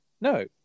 No